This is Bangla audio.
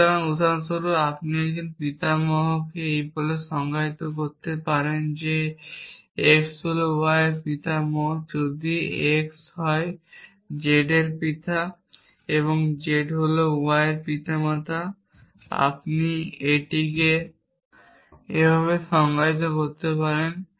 সুতরাং উদাহরণস্বরূপ আপনি একজন পিতামহকে এই বলে সংজ্ঞায়িত করতে পারেন যে x হল y এর পিতামহ যদি x হয় z এর পিতা এবং z হল y এর পিতামাতা আপনি এটিকে এভাবে সংজ্ঞায়িত করতে পারেন